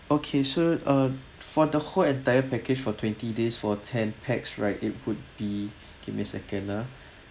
okay so uh for the whole entire package for twenty days for ten pax right it would be give me a second ah